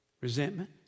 resentment